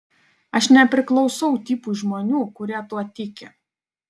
aš nepriklausau tipui žmonių kurie tuo tiki